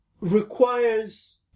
requires